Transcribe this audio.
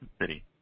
City